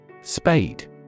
Spade